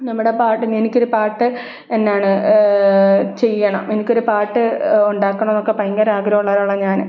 നമ്മുടെ പാട്ടിനെ എനിക്കൊര് പാട്ട് എന്നാണ് ചെയ്യണം എനിക്കൊര് പാട്ട് ഉണ്ടാക്കണമെന്നൊക്കെ ഭയങ്കര ആഗ്രഹമുള്ള ഒരാളാണ് ഞാന്